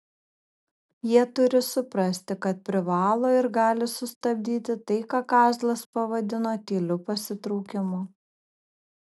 jie turi suprasti kad privalo ir gali sustabdyti tai ką kazlas pavadino tyliu pasitraukimu